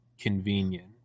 convenient